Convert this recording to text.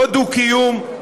לא דו-קיום,